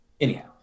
Anyhow